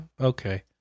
okay